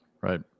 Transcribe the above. Right